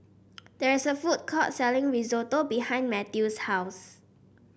there is a food court selling Risotto behind Mathews' house